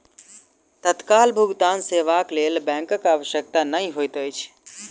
तत्काल भुगतान सेवाक लेल बैंकक आवश्यकता नै होइत अछि